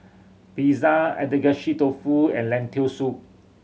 Pizza Agedashi Dofu and Lentil Soup